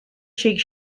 cheek